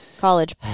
College